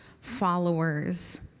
followers